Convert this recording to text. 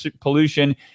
pollution